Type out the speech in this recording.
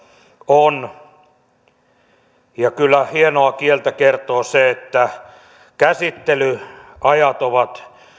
on kyllä hienoa kieltä kertoo se että käsittelyajat ovat